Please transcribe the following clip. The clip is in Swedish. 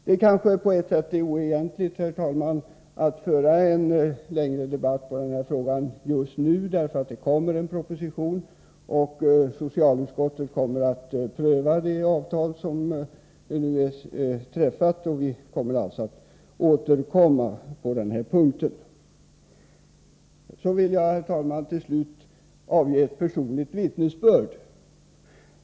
Det är kanske på sätt och vis oegentligt, herr talman, att just nu föra en längre debatt i den här frågan, eftersom det kommer att framläggas en proposition och socialutskottet kommer att pröva det avtal som nu är träffat. Vi återkommer alltså på den här punkten. Så vill jag, herr talman, till slut avge ett personligt vittnesbörd.